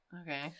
Okay